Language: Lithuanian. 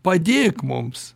padėk mums